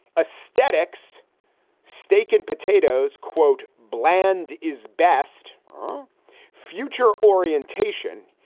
a static's steak and potatoes, quote, bland is best future orientation.